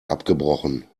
abgebrochen